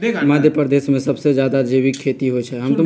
मध्यप्रदेश में सबसे जादा जैविक खेती होई छई